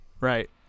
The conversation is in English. Right